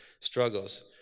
struggles